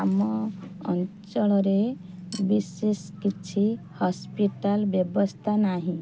ଆମ ଅଞ୍ଚଳରେ ବିଶେଷ କିଛି ହସ୍ପିଟାଲ୍ ବ୍ୟବସ୍ଥା ନାହିଁ